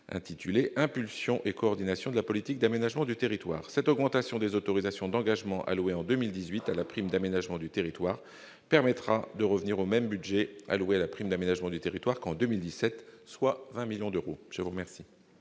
112 « Impulsion et coordination de la politique d'aménagement du territoire ». Cette augmentation des autorisations d'engagements allouées en 2018 à la prime d'aménagement du territoire permettra de revenir au même budget alloué à la prime d'aménagement du territoire qu'en 2017, soit 20 millions d'euros. La parole